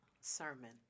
sermon